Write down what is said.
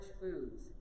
foods